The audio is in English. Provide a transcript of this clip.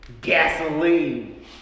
gasoline